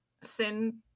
sin